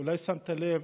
אולי שמת לב